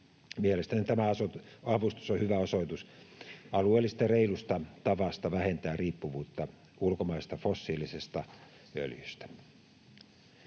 Mielestäni tämä avustus on hyvä osoitus alueellisesti reilusta tavasta vähentää riippuvuutta ulkomaisesta fossiilisesta öljystä.